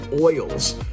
oils